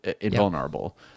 invulnerable